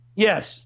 yes